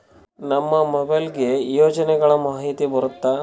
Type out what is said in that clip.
ನಮ್ ಮೊಬೈಲ್ ಗೆ ಯೋಜನೆ ಗಳಮಾಹಿತಿ ಬರುತ್ತ?